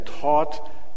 taught